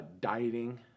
dieting